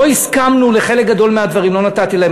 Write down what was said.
לא הסכמנו לחלק גדול מהדברים, לא נתתי להם.